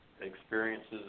experiences